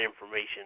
information